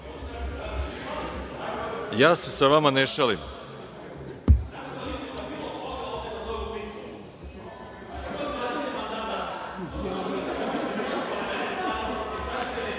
Ja se sa vama ne šalim.